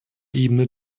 ebene